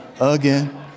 again